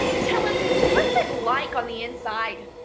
tell us what it's like on the inside.